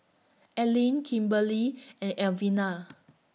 Allean Kimberly and